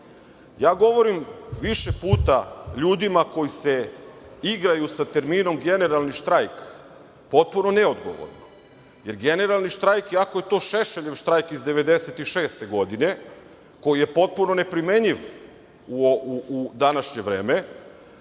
govorim više puta ljudima koji se igraju sa terminom generalni štrajk potpuno neodgovorno, jer generalni štrajk, iako je to Šešaljev štrajk iz 1996. godine, koji je potpuno neprimenljiv u današnje vreme,